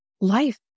life